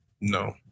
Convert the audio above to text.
No